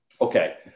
okay